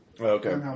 Okay